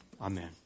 Amen